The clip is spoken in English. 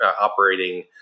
operating